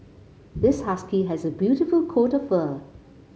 this husky has a beautiful coat of fur